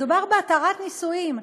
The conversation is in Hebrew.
מדובר בהתרת נישואים.